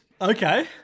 Okay